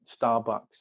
starbucks